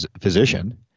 physician